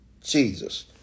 Jesus